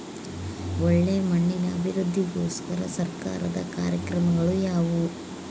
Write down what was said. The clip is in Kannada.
ಒಳ್ಳೆ ಮಣ್ಣಿನ ಅಭಿವೃದ್ಧಿಗೋಸ್ಕರ ಸರ್ಕಾರದ ಕಾರ್ಯಕ್ರಮಗಳು ಯಾವುವು?